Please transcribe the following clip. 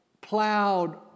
plowed